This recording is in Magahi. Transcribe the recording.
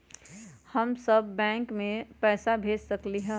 हम सब बैंक में पैसा भेज सकली ह?